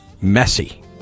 messy